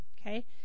Okay